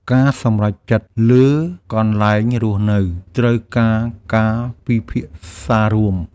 ការសម្រេចចិត្តលើកន្លែងរស់នៅត្រូវការការពិភាក្សារួម។